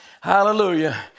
Hallelujah